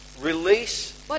release